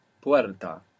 puerta